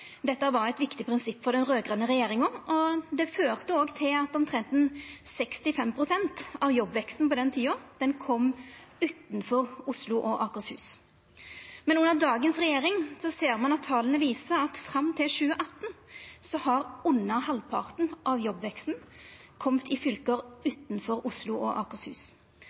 Dette var eit viktig prinsipp for den raud-grøne regjeringa, og det førte til at omtrent 65 pst. av jobbveksten på den tida kom utanfor Oslo og Akershus. Under dagens regjering ser me av tala at fram til 2018 har under halvparten av jobbveksten kome i fylke utanfor Oslo og Akershus.